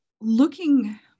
looking